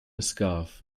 scarf